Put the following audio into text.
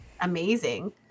amazing